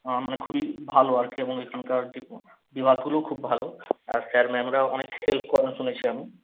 আমরা খুবই ভালো আর কি এবং এখানকার ডিপার বিভাগগুলোও খুব ভালো আর স্যার ম্যামরাও অনেক হেল্প করেন শুনেছি আমি